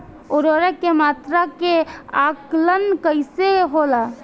उर्वरक के मात्रा के आंकलन कईसे होला?